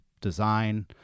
design